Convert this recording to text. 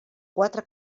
quatre